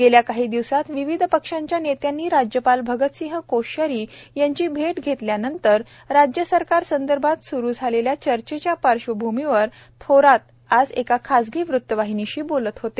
गेल्या काही दिवसांत विविध पक्षांच्या नेत्यांनी राज्यपाल भगतसिंह कोश्यारी यांची भेट घेतल्यानंतर राज्य सरकारसंदर्भात सुरू झालेल्या चर्चेच्या पार्श्वभूमीवर थोरात आज एका खासगी वृत्तवाहिनीशी बोलत होते